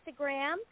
Instagram